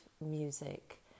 music